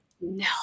No